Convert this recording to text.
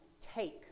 Take